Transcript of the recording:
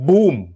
Boom